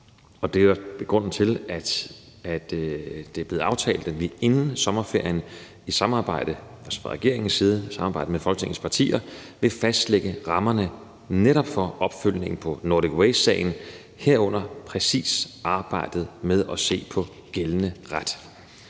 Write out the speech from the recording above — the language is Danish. Det er grunden til, at det er blevet aftalt, at regeringen inden sommerferien i samarbejde med Folketingets partier vil fastlægge rammerne for netop opfølgningen på Nordic Waste-sagen, herunder præcist arbejdet med at se på gældende ret.